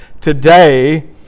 today